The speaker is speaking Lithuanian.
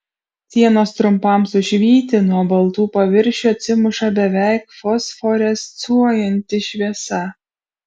sienos trumpam sušvyti nuo baltų paviršių atsimuša beveik fosforescuojanti šviesa